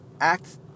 act